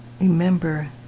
Remember